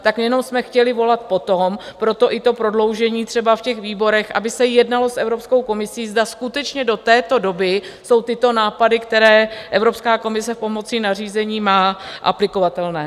Tak jsme jenom chtěli volat po tom proto i to prodloužení třeba v těch výborech aby se jednalo s Evropskou komisí, zda skutečně do této doby jsou tyto nápady, které Evropská komise pomocí nařízení má, aplikovatelné.